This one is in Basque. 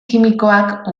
kimikoak